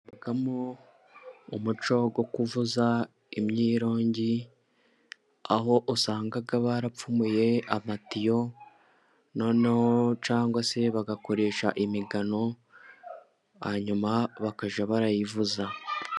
Hagaragaramo umuco wo kuvuza imyirongi, aho usanga barapfumuye amatiyo, noneho cyangwa se bagakoresha imigano, hanyuma bakajya barayivuza.